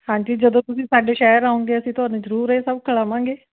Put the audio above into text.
ਹਾਂਜੀ ਜਦੋਂ ਤੁਸੀਂ ਸਾਡੇ ਸ਼ਹਿਰ ਆਉਂਗੇ ਅਸੀਂ ਤੁਹਾਨੂੰ ਜ਼ਰੂਰ ਇਹ ਸਭ ਖਿਲਾਵਾਂਗੇ